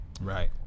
Right